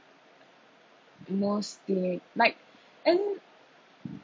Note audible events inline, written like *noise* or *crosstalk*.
most they like *breath* and